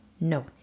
No